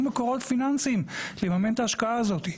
מקורות פיננסיים לממן את ההשקעה הזאת.